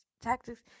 Tactics